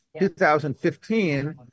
2015